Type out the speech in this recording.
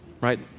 right